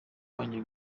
wanjye